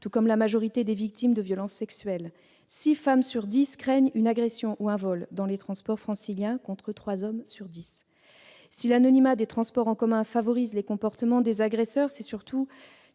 tout comme la majorité des victimes de violences sexuelles. Ainsi, six femmes sur dix craignent une agression ou un vol dans les transports franciliens, contre trois hommes sur dix. Si l'anonymat des transports en commun favorise les comportements des agresseurs, c'est surtout